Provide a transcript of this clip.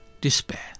Despair